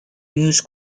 news